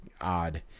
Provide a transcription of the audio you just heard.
odd